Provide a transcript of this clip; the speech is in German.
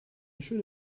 schöne